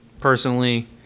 personally